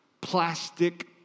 plastic